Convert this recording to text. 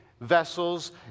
vessels